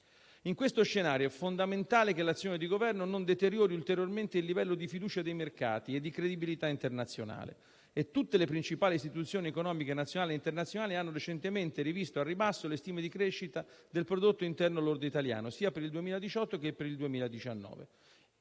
In questo scenario è fondamentale che l'azione di Governo non deteriori ulteriormente il livello di fiducia dei mercati e di credibilità internazionale. Tutte le principali istituzioni economiche, nazionali e internazionali, hanno recentemente rivisto al ribasso le stime di crescita del prodotto interno lordo italiano, sia per il 2018 che per il 2019.